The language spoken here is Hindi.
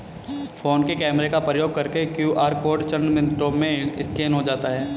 फोन के कैमरा का प्रयोग करके क्यू.आर कोड चंद मिनटों में स्कैन हो जाता है